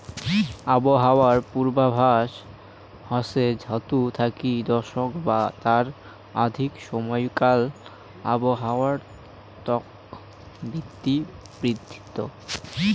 আবহাওয়ার পূর্বাভাস হসে ঋতু থাকি দশক বা তার অধিক সমাইকাল আবহাওয়ার তত্ত্ব ভিত্তিক বিবৃতি